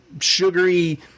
sugary